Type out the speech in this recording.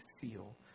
feel